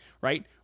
right